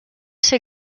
ser